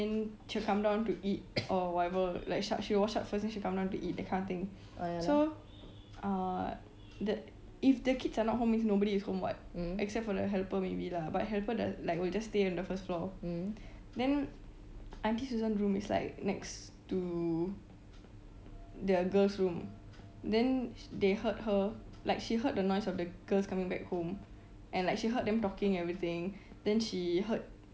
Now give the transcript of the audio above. then she will come down to eat or whatever like sh~ she'll wash up first then she'll come down to eat that kind of thing so uh the if the kids are not home if nobody is home what except for the helper maybe lah but helper doesn't like will just stay on the first floor then aunty susan room is like next to the girls' room then sh~ they heard her like she heard the noise of the girls coming back home and like she heard them talking everything then she heard